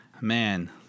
man